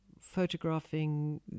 photographing